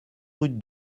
route